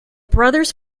brothers